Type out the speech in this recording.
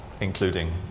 including